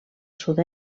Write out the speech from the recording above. sud